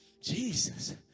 Jesus